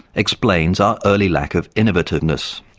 explains our early lack of innovativeness.